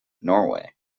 norway